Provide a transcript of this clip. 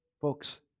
Folks